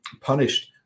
punished